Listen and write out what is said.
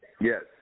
Yes